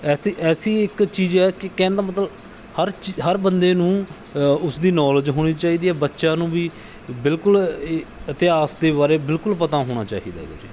ਐਸੀ ਐਸੀ ਇੱਕ ਚੀਜ਼ ਹੈ ਕਿ ਕਹਿਣ ਦਾ ਮਤਲਬ ਹਰ ਚੀ ਹਰ ਬੰਦੇ ਨੂੰ ਉਸਦੀ ਨੌਲਜ ਹੋਣੀ ਚਾਹੀਦੀ ਹੈ ਬੱਚਿਆਂ ਨੂੰ ਵੀ ਬਿਲਕੁਲ ਇਤਿਹਾਸ ਦੇ ਬਾਰੇ ਬਿਲਕੁਲ ਪਤਾ ਹੋਣਾ ਚਾਹੀਦਾ ਗਾ ਜੀ